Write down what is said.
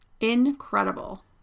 incredible